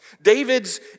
David's